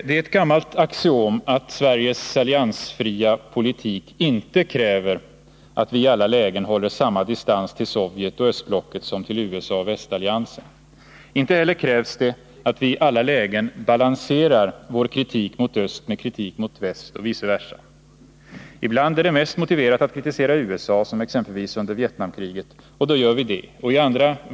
Det är ett gammalt axiom att Sveriges alliansfria politik inte kräver att vi i alla lägen håller samma distans till Sovjet och östblocket som till USA och västalliansen. Inte heller krävs det att vi i alla lägen balanserar vår kritik mot öst med kritik mot väst och vice versa. Ibland är det mest motiverat att kritisera USA, som exempelvis under Vietnamkriget, och då gör vi det.